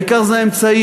העיקר זה האמצעים.